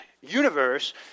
universe